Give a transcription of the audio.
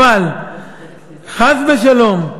אבל חס ושלום,